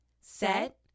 set